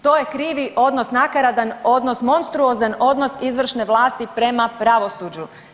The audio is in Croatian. To je krivi odnos, nakaradan odnos, monstruozan odnos izvršne vlasti prema pravosuđu.